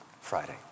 Friday